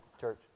church